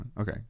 Okay